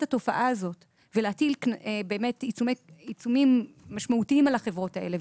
התופעה הזאת ולהטיל עיצומים משמעותיים על החברות האלה,